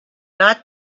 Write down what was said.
not